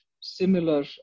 similar